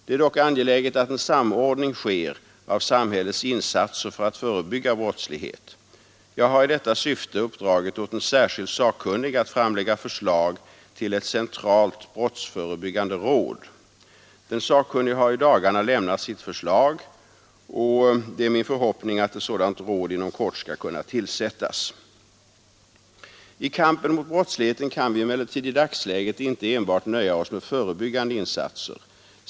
Det är dock angeläget att en samordning sker av samhällets insatser för att förebygga brottslighet. Jag har i detta syfte uppdragit åt en särskild sakkunnig att framlägga förslag till ett centralt brottsförebyggande råd. Den sakkunniga har i dagarna lämnat sitt förslag, och det är min förhoppning att ett sådant råd inom kort skall kunna tillsättas. I kampen mot brottsligheten kan vi emellertid i dagsläget inte enbart nöja oss med förebyggande insatser.